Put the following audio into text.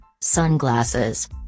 Sunglasses